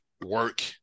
work